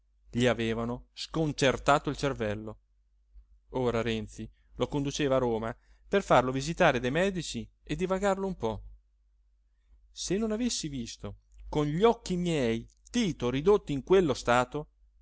gli avevano sconcertato il cervello ora renzi lo conduceva a roma per farlo visitare dai medici e divagarlo un po se non avessi visto con gli occhi miei tito ridotto in quello stato